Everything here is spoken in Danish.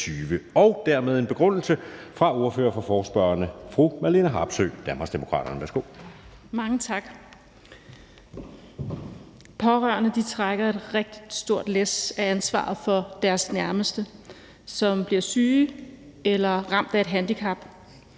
Kl. 14:10 Begrundelse (Ordfører for forespørgerne) Marlene Harpsøe (DD): Mange tak. Pårørende trækker et rigtig stort læs af ansvaret for deres nærmeste, som bliver syge eller ramt af et handicap.